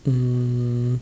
um